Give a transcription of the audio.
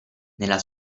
nella